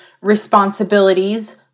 responsibilities